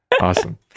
Awesome